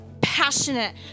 passionate